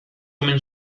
omen